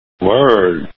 word